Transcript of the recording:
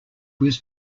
was